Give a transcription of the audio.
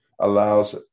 allows